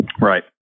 Right